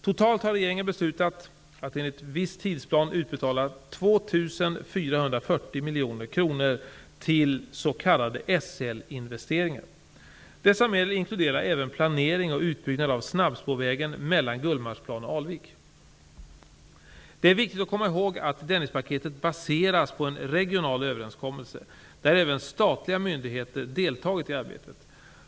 Totalt har regeringen beslutat att enligt viss tidsplan utbetala 2 440 miljoner kronor till s.k. SL-investeringar. Dessa medel inkluderar även planering och utbyggnad av snabbspårvägen mellan Gullmarsplan och Alvik. Det är viktigt att komma ihåg att Dennispaketet baseras på en regional överenskommelse, där även statliga myndigheter deltagit i arbetet.